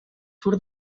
tour